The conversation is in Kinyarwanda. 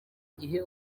gihe